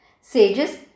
Sages